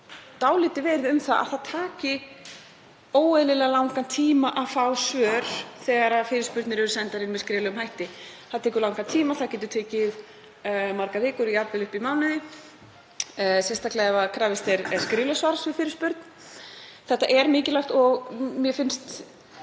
dálítið verið um að það taki óeðlilega langan tíma að fá svör þegar fyrirspurnir eru sendar inn með skriflegum hætti. Það tekur langan tíma, það getur tekið margar vikur, jafnvel upp í mánuði, sérstaklega ef krafist er skriflegs svars við fyrirspurn. Þetta er mikilvægt og mér finnst